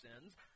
sins